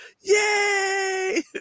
Yay